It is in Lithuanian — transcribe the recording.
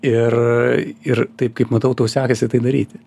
ir ir taip kaip matau tau sekasi tai daryti